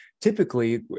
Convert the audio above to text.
typically